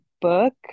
book